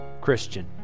Christian